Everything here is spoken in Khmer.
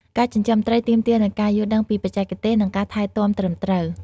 ការចិញ្ចឹមត្រីទាមទារនូវការយល់ដឹងពីបច្ចេកទេស និងការថែទាំត្រឹមត្រូវ។